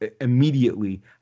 immediately